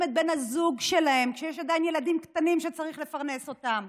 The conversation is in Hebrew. את בן הזוג שלהם כשיש עדיין ילדים קטנים שצריך לפרנס אותם?